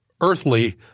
earthly